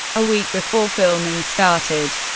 a week before filming started,